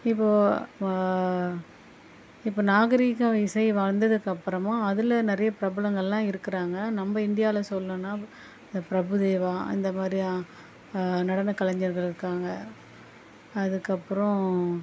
இப்போது இப்போ நாகரீக இசை வளர்ந்ததுக்கப்பறமா அதில் நிறைய பிரபலங்கள்லாம் இருக்கிறாங்க நம்ம இந்தியாவில் சொல்லணுன்னா இந்த பிரபுதேவா இந்தமாதிரி நடன கலைஞர்கள் இருக்காங்க அதுக்கப்பறம்